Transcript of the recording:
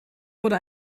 wurde